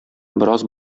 бераз